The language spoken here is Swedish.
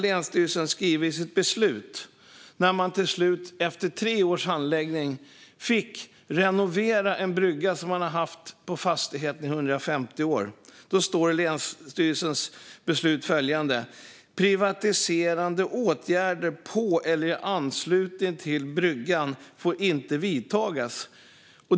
När man till slut, efter tre års handläggning, fick renovera en brygga som man har haft på fastigheten i 150 år skrev länsstyrelsen i sitt beslut att privatiserande åtgärder på eller i anslutning till bryggan inte får vidtas.